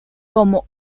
como